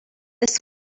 this